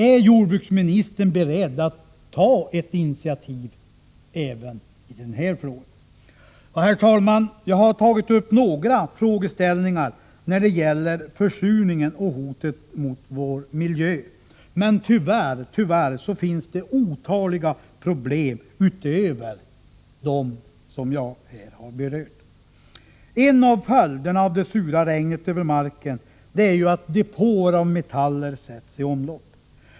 Är jordbruksministern beredd att ta ett initiativ även i denna fråga? Herr talman! Jag har här tagit upp några frågeställningar när det gäller försurningen och hotet mot vår miljö, men tyvärr finns det otaliga problem utöver dem jag här berört. En av följderna av det sura regnet över marken är att depåer av metaller sätts i omlopp.